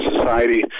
society